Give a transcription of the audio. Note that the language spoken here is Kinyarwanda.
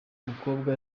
mukobwa